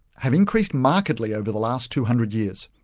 have increased markedly over the last two hundred years,